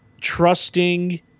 trusting